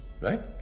right